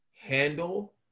handle